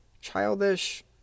Childish